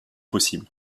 possible